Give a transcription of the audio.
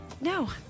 No